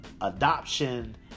adoption